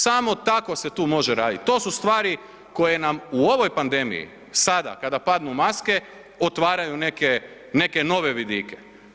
Samo tako se tu može raditi, to su stvari koje nam u ovoj pandemiji sada kada padnu maske otvaraju neke nove vidike.